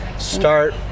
Start